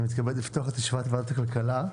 בוקר טוב, אני מתכבד לפתוח את ישיבת ועדת הכלכלה.